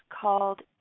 called